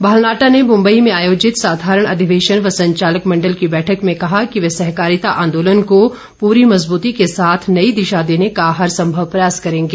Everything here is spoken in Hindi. बालनाहटा ने मुंबई में आयोजित साधारण अधिवेशन व संचालक मंडल की बैठक में कहा कि वे सहकारिता आंदोलन को पूरी मज़बूती के साथ नई दिशा देने का हर संभव प्रयास करेंगें